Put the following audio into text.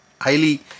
highly